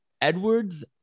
Edwards